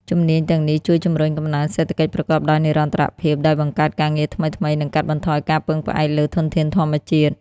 ជំនាញទាំងនេះជួយជំរុញកំណើនសេដ្ឋកិច្ចប្រកបដោយនិរន្តរភាព ដោយបង្កើតការងារថ្មីៗ និងកាត់បន្ថយការពឹងផ្អែកលើធនធានធម្មជាតិ។